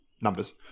numbers